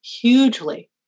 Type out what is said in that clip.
hugely